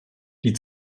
die